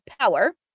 power